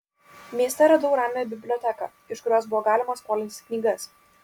mieste radau ramią biblioteką iš kurios buvo galima skolintis knygas